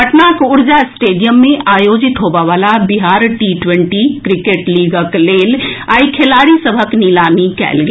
पटनाक उर्जा स्टेडियम मे आयोजित होवयबला बिहार टी ट्वेंटी क्रिकेट लीगक लेल आई खेलाड़ी सभक नीलामी कयल गेल